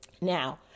Now